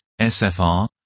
SFR